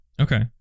Okay